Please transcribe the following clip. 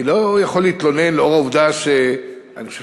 אני לא יכול להתלונן לאור העובדה שאני חושב